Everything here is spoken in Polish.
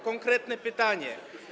Konkretne pytanie.